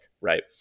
right